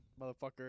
motherfucker